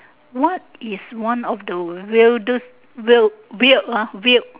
what is one of the weirdest we~ weird weird ah weird